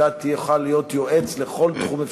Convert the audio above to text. אתה תוכל להיות יועץ לכל תחום אפשרי.